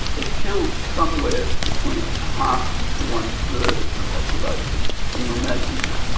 it killed somewhere between a half to one-third of the population. can you imagine that?